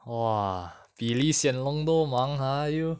!wah! 比 lee hsien loong 都忙 ah you